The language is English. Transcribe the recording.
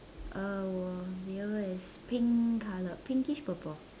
uh veil is pink color pinkish purple